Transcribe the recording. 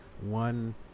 one